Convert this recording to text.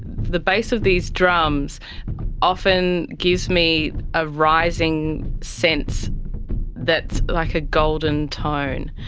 the base of these drums often gives me a rising sense that, like a golden tone,